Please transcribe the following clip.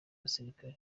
abasirikari